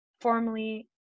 formerly